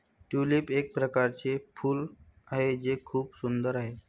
tulip एक प्रकारचे फूल आहे जे खूप सुंदर आहे